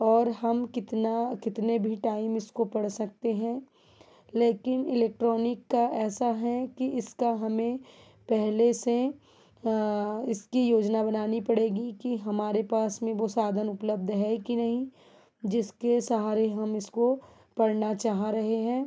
और हम कितना कितने भी टाइम इसको पढ़ सकते हैं लेकिन इलेक्ट्रॉनिक का ऐसा है कि इसका हमें पहले से इसकी योजना बनानी पड़ेगी कि हमारे पास में वह साधन उपलब्ध है कि नहीं जिसके सहारे हम इसको पढ़ना चाह रहे हैं